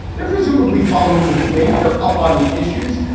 they're presumably following the debate. they're up on the issues.